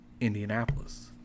indianapolis